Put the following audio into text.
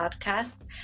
podcasts